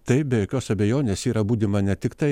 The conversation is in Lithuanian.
taip be jokios abejonės yra budima ne tiktai